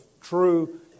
true